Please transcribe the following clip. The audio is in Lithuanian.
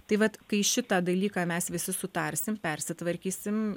tai vat kai šitą dalyką mes visi sutarsim persitvarkysim